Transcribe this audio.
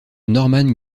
norman